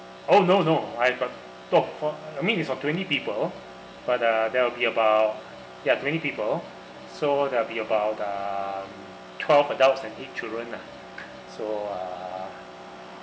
oh no no I got tw~ for I mean it's for twenty people but uh there will be about ya twenty people so there'll be about uh twelve adults and eight children ah so uh